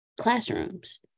classrooms